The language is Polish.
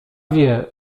wie